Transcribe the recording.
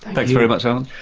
thanks very much, um